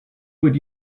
would